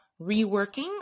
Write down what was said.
reworking